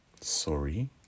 sorry